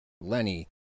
Lenny